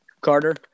Carter